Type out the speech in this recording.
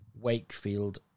Wakefield